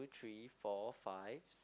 three four five six